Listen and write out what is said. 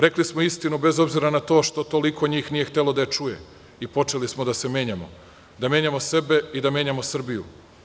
Rekli smo istinu bez obzira na to što toliko njih nije htelo da je čuje i počeli smo da se menjamo, da menjamo sebe i da menjamo Srbiju.